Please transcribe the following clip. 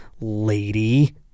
lady